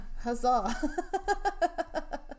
huzzah